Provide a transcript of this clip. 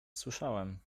słyszałem